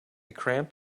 cramp